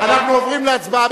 תודה רבה.